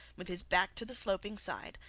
with his back to the sloping side,